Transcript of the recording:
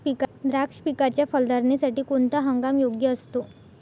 द्राक्ष पिकाच्या फलधारणेसाठी कोणता हंगाम योग्य असतो?